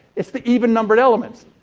it's the even numbered elements.